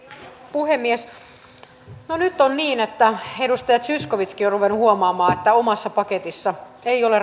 puhemies no nyt on niin että edustaja zyskowiczkin on ruvennut huomaamaan että omassa paketissa ei ole